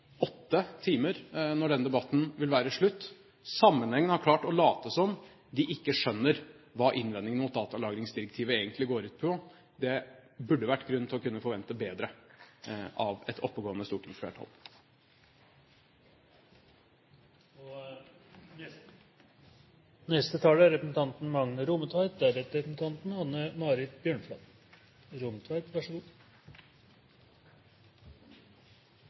åtte timer – når denne debatten vil være slutt – sammenhengende har klart å late som om de ikke skjønner hva innvendingene mot datalagringsdirektivet egentlig går ut på. Det burde være grunn til å kunne forvente bedre av et oppegående stortingsflertall. For Arbeidarpartiet er kampen mot alvorleg kriminalitet og